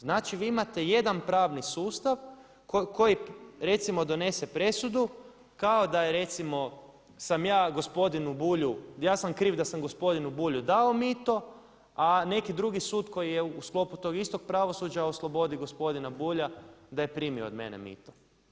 Znači vi imate jedan pravni sustav koji recimo donese presudu kao da recimo sam ja gospodinu Bulju ja sam kriv da sam gospodinu Bulju dao mito, a neki drugi sud koji je u sklopu tog istog pravosuđa oslobodi gospodina Bulja da je primio od mene mito.